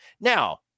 Now